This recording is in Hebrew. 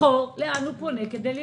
לבחור לאן הוא פונה כדי להיבדק.